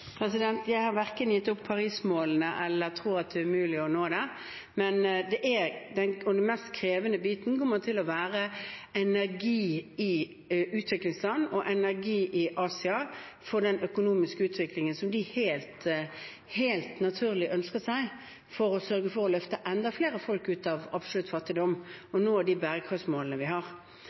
dem. Den mest krevende biten kommer til å være energi i utviklingsland og i Asia på grunn av den økonomiske utviklingen som de helt naturlig ønsker seg for å sørge for å løfte enda flere mennesker ut av absolutt fattigdom og nå de bærekraftmålene vi har.